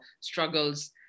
struggles